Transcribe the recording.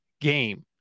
game